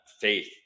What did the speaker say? faith